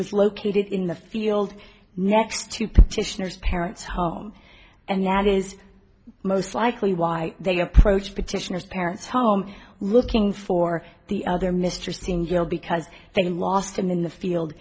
was located in the field next to petitioners parents home and that is most likely why they approached petitioner's parents home looking for the other mr senor because they lost him in the field